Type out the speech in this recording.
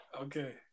Okay